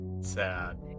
sad